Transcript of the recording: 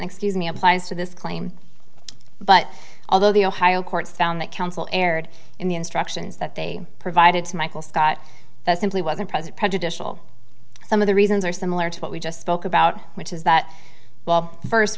excuse me applies to this claim but although the ohio courts found that counsel erred in the instructions that they provided to michael scott that simply wasn't present prejudicial some of the reasons are similar to what we just spoke about which is that w